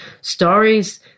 stories